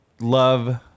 love